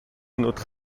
notre